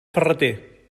ferrater